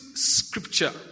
scripture